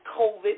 COVID